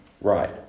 Right